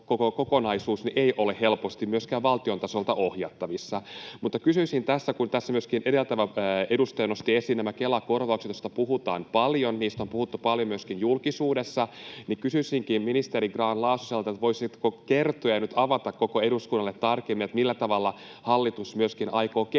ei ole helposti myöskään valtion tasolta ohjattavissa. Mutta kun tässä myöskin edeltävä edustaja nosti esiin nämä Kela-korvaukset, joista puhutaan paljon ja joista on puhuttu paljon myöskin julkisuudessa, niin kysyisinkin ministeri Grahn-Laasoselta: voisitteko kertoa ja nyt avata koko eduskunnalle tarkemmin, millä tavalla hallitus myöskin aikoo kehittää